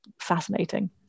fascinating